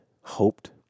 hoped